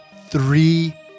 three